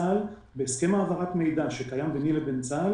בהסכם העברת המידע שקיים ביני לבין צה"ל